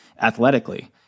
athletically